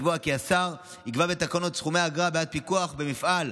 ולקבוע כי השר יקבע בתקנות את סכומי האגרה בעד פיקוח במפעל,